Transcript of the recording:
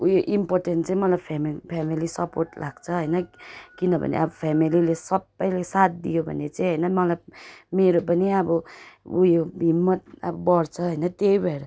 उयो इम्पोर्टेन्ट चाहिँ मलाई फेमे फेमेली सपोर्ट लाग्छ होइन किनभने अब फेमेलीले सबैले साथ दियो भने चाहिँ होइन मलाई मेरो पनि अब उयो हिम्मत अब बढ्छ होइन त्यही भएर